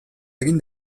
egin